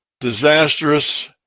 disastrous